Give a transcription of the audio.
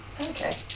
Okay